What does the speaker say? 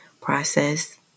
process